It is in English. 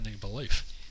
belief